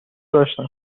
داشتم